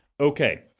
okay